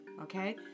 Okay